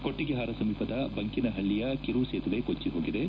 ಕೊಟ್ಟಿಗೆಹಾರ ಸಮೀಪದ ಬಂಕೇನಹಳ್ಳಿಯ ಕಿರು ಸೇತುವೆ ಕೊಟ್ಟ ಹೋಗಿದೆ